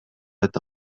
eta